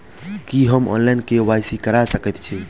की हम online, KYC करा सकैत छी?